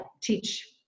teach